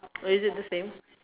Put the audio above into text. or is it the same